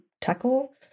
tackle